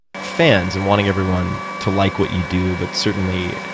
fans and wanting everyone to like what you do. but, certainly,